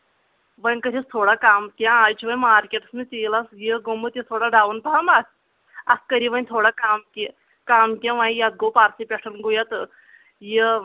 وۄنۍ کٕرۍہوس تھوڑا کم کیٚنٛہہ آز چھُ وۄنۍ مارکٮ۪ٹس منز تیٖلس یہ گومُت یہ تھوڑا ڈاون پہمتھ اتھ کٔرو وۄنۍ تھوڑا کم کہِ کم کیٚنٛہہ وۄنۍ یتھ گوٚو پرسہِ پٮ۪ٹھ گوٚو یتھ یہِ